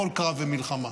בכל קרב ומלחמה.